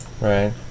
Right